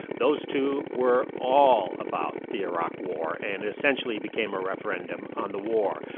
those two were all about the iraq war and essentially became a referendum on the war.